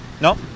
no